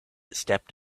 stepped